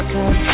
Cause